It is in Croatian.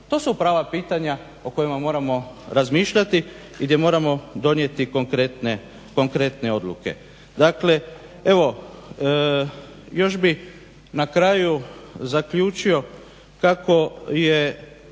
To su prava pitanja o kojima moramo razmišljati i gdje moramo donijeti konkretne odluke. Dakle, evo još bih na kraju zaključio kako je